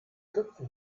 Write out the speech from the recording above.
köpfe